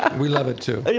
we love it too but